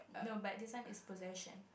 no but this one is possession